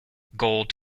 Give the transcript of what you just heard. gold